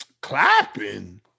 Clapping